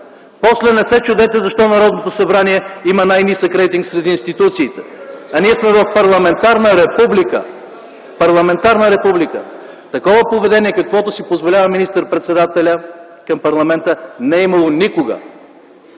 После не се чудете защо Народното събрание има най-нисък рейтинг сред институциите, а ние сме в парламентарна република. Парламентарна република! Такова поведение, каквото си позволява министър-председателят към парламента, не е имало никога,